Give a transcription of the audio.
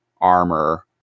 armor